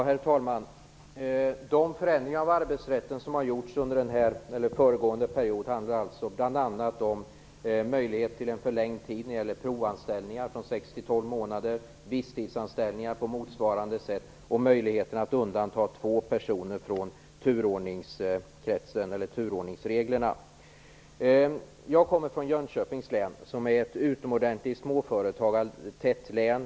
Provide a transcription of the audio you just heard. Herr talman! De förändringar av arbetsrätten som har gjorts under föregående mandatperiod handlar bl.a. om möjlighet till förlängd tid för provanställningar under 6-12 månader, visstidsanställningar på motsvarande sätt samt möjligheten att undanta två personer från turordningsreglerna. Jag kommer från Jönköpings län, som är ett utomordentligt småföretagartätt län.